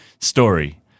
story